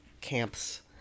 camps